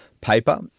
paper